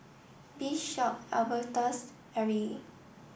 Bishop Albertus Arrie